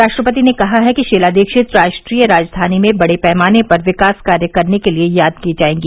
राष्ट्रपति ने कहा है कि शीला दीक्षित राष्ट्रीय राजधानी में बड़े पैमाने पर विकास कार्य करने के लिए याद की जाएगी